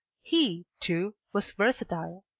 he, too, was versatile.